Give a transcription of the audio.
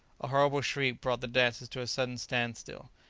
a horrible shriek brought the dancers to a sudden standstill.